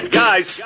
guys